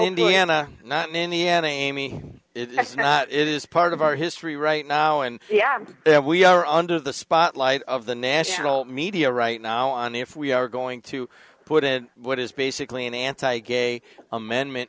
it's not it is part of our history right now and we are under the spotlight of the national media right now on if we are going to put in what is basically an anti gay amendment